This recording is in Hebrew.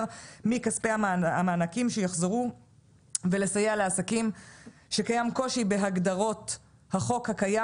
מכספי המענקים שיוחזרו ולסייע לעסקים שקיים קושי בהגדרות החוק הקיים